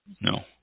No